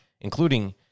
including